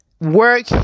Work